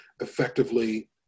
effectively